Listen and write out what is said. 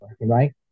right